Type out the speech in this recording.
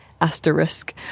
asterisk